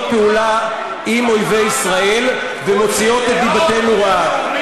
פעולה עם אויבי ישראל ומוציאות את דיבתנו רעה.